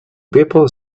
people